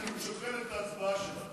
הוא שוקל את ההצבעה שלו.